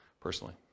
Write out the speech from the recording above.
personally